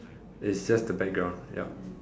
it's just the background yup